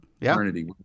Eternity